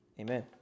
amen